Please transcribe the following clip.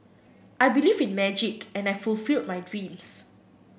I believed in magic and I fulfilled my dreams